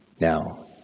now